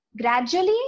gradually